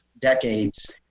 decades